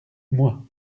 moi